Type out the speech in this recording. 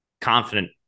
Confident